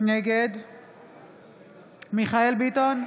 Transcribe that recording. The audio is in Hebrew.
נגד מיכאל מרדכי ביטון,